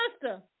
sister